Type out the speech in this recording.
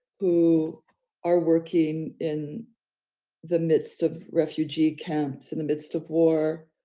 who are working in the midst of refugee camps in the midst of war,